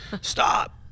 Stop